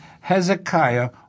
Hezekiah